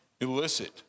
illicit